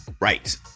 right